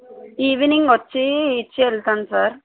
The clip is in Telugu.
ఈవినింగ్ వచ్చి ఇచ్చి వెళ్తాను సార్